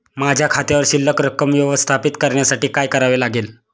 माझ्या खात्यावर शिल्लक रक्कम व्यवस्थापित करण्यासाठी काय करावे लागेल?